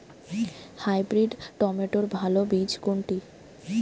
Hybrid টমেটোর ভালো বীজ কোনটি?